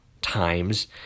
times